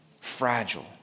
fragile